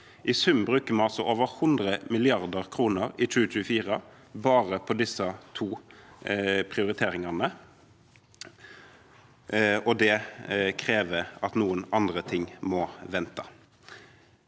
I sum bruker vi altså over 100 mrd. kr i 2024 på bare disse to prioriteringene, og det krever at noen andre ting må vente.